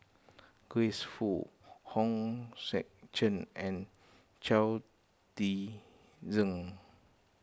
Grace Fu Hong Sek Chern and Chao Tzee Cheng